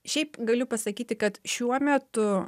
šiaip galiu pasakyti kad šiuo metu